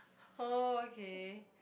oh okay